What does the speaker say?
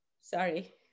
Sorry